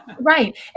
Right